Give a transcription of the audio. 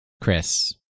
Chris